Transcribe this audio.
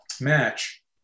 match